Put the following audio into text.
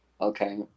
okay